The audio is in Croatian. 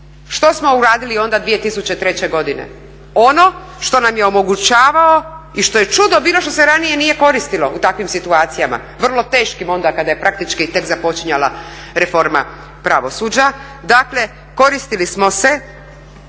Što smo uradili onda 2003. godine? Ono što nam je omogućavao i što je čudo bilo što se ranije nije koristilo u takvim situacijama vrlo teškim onda kada je praktički tek započinjala reforma pravosuđa, dakle koristili smo se